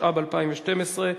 התשע"ב 2012,